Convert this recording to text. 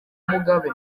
mugabe